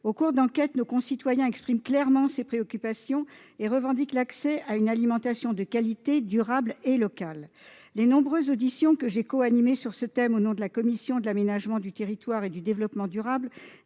Au cours d'enquêtes, nos concitoyens expriment clairement ces préoccupations et revendiquent l'accès à une alimentation de qualité, durable et locale. Les nombreuses auditions que j'ai coanimées sur ce thème au nom de la commission de l'aménagement du territoire et du développement durable